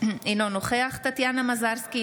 אינו נוכח טטיאנה מזרסקי,